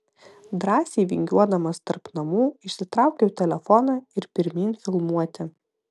drąsiai vingiuodamas tarp namų išsitraukiau telefoną ir pirmyn filmuoti